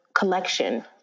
collection